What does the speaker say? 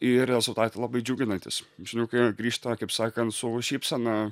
ir rezultatai labai džiuginantys šuniukai grįžta kaip sakant su šypsena